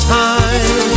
time